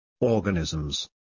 Organisms